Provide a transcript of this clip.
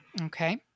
okay